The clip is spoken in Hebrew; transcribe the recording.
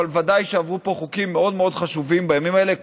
אבל ודאי שעברו פה חוקים מאוד מאוד חשובים בימים האלה,